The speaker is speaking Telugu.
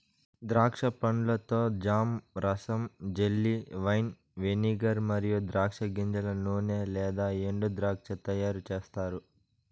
ద్రాక్ష పండ్లతో జామ్, రసం, జెల్లీ, వైన్, వెనిగర్ మరియు ద్రాక్ష గింజల నూనె లేదా ఎండుద్రాక్ష తయారుచేస్తారు